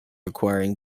acquiring